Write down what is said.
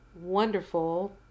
wonderful